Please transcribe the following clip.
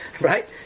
Right